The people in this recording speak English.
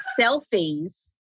selfies